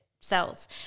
cells